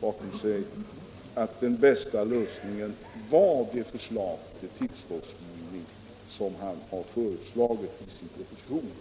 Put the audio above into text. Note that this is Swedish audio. funnit att den bästa lösningen var det förslag till tillståndsgivning som nu har föreslagits i propositionen.